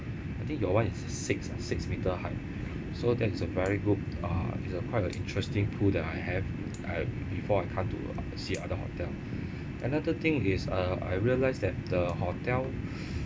I think your [one] is a six ah six meter high so that's a very good uh it's a quite a interesting pool that I have uh before I come to see other hotel another thing is uh I realized that the hotel